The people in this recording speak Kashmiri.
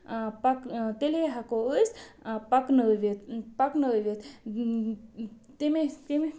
پَک تیٚلے ہٮ۪کو أسۍ پَکنٲوِتھ پَکنٲوِتھ تَمے تَمہِ